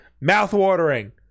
Mouth-watering